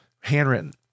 Handwritten